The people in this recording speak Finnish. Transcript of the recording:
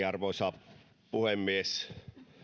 arvoisa puhemies